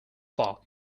fork